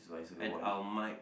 and our might